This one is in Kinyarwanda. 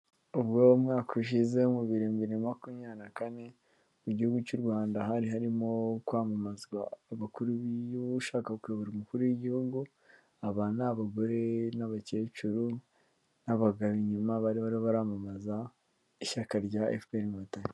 Ubwo umwaka ushize mu bihumbi bibiri na makumyabiri na kane, mu gihugu cy'u Rwanda hari harimo kwamamazwa abakuru b'ushaka kuyobora umukuru w'igihugu, aba ni abagore n'abakecuru n'abagabo inyuma, bari barimo baramamaza ishyaka rya FPR inkotanyi.